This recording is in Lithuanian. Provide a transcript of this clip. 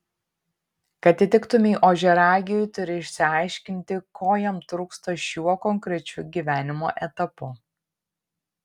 kad įtiktumei ožiaragiui turi išsiaiškinti ko jam trūksta šiuo konkrečiu gyvenimo etapu